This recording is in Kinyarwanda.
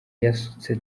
yasutse